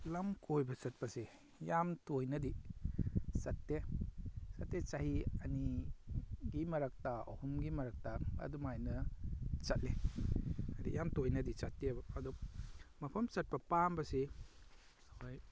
ꯂꯝ ꯀꯣꯏꯕ ꯆꯠꯄꯁꯤ ꯌꯥꯝꯅ ꯇꯣꯏꯅꯗꯤ ꯆꯠꯇꯦ ꯆꯠꯇꯦ ꯆꯍꯤ ꯑꯅꯤꯒꯤ ꯃꯔꯛꯇ ꯑꯍꯨꯝꯒꯤ ꯃꯔꯛꯇ ꯑꯗꯨꯃꯥꯏꯅ ꯆꯠꯂꯤ ꯍꯥꯏꯗꯤ ꯌꯥꯝꯅ ꯇꯣꯏꯅꯗꯤ ꯆꯠꯇꯦꯕ ꯑꯗꯨ ꯃꯐꯝ ꯆꯠꯄ ꯄꯥꯝꯕꯁꯤ ꯑꯩꯈꯣꯏ